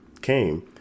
came